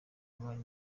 abari